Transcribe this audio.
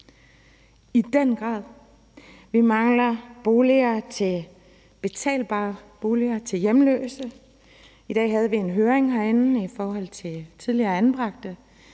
København, vi mangler betalbare boliger til hjemløse. I dag havde vi herinde en høring i forhold til tidligere anbragte,